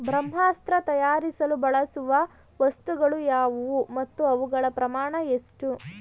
ಬ್ರಹ್ಮಾಸ್ತ್ರ ತಯಾರಿಸಲು ಬಳಸುವ ವಸ್ತುಗಳು ಯಾವುವು ಮತ್ತು ಅವುಗಳ ಪ್ರಮಾಣ ಎಷ್ಟು?